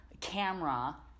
camera